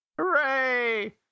Hooray